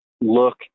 look